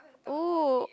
oh